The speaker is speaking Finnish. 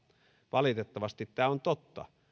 valitettavasti tämä on totta